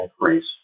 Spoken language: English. increase